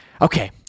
okay